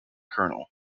colonel